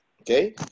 Okay